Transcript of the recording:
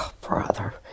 brother